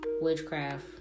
Witchcraft